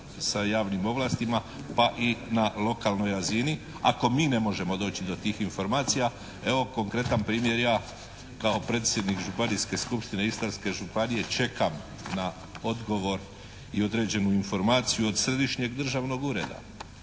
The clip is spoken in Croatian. sa javnim ovlastima pa i na lokalnoj razini ako mi ne možemo doći do tih informacija. Evo konkretan primjer, ja kao predsjednik županijske skupštine Istarske županije čekam na odgovor i određenu informaciju od Središnjeg državnog ureda